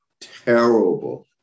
terrible